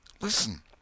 Listen